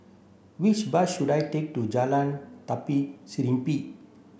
which bus should I take to Jalan Tari Serimpi